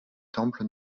temple